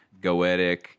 goetic